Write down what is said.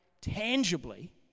tangibly